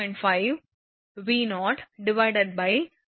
5 0V065